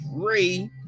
three